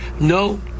no